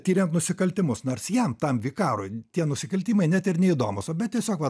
tiriant nusikaltimus nors jam tam vikarui tie nusikaltimai net ir neįdomūs bet tiesiog va